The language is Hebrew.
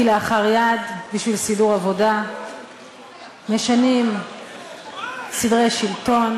כלאחר יד, בשביל סידור עבודה משנים סדרי שלטון,